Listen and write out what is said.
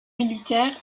militaire